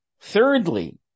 Thirdly